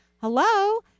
hello